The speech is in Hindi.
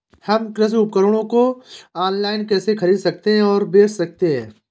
हम कृषि उपकरणों को ऑनलाइन कैसे खरीद और बेच सकते हैं?